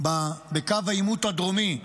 בקו העימות הדרומי,